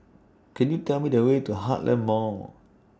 Can YOU Tell Me The Way to Heartland Mall